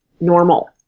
normal